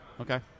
okay